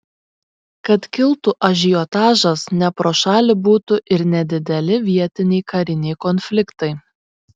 kad kiltų ažiotažas ne pro šalį būtų ir nedideli vietiniai kariniai konfliktai